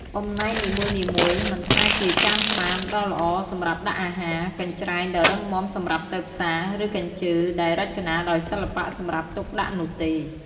បំណែកនីមួយៗ មិនថាជាចានក្បានដ៏ល្អសម្រាប់ដាក់អាហារ កញ្រ្ចែងដ៏រឹងមាំសម្រាប់ទៅផ្សារ ឬកញ្ជើរដែលរចនាដោយសិល្បៈសម្រាប់ទុកដាក់នោះទេ។